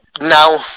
now